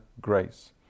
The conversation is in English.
grace